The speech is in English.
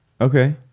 Okay